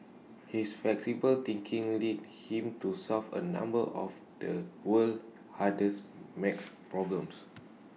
his flexible thinking lead him to solve A number of the world's hardest max problems